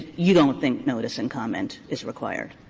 you don't think notice and comment is required.